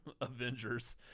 Avengers